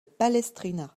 palestrina